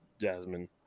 Jasmine